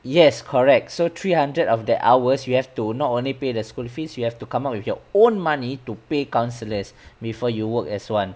yes correct so three hundred of the hours you have to not only pay the school fees you have to come up with your own money to pay counsellors before you work as one